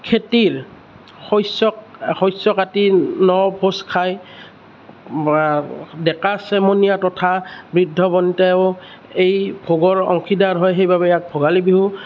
খেতিৰ শস্যক শস্য কাটি ন ভোজ খাই ডেকা চেমনীয়া তথা বৃদ্ধ বনিতায়ো এই ভোগৰ অংশীদাৰ হয় সেইবাবে ইয়াক ভোগালী বিহু